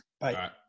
Bye